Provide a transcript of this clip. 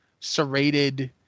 Serrated